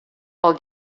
pel